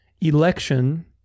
Election